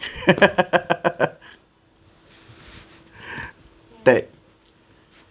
tag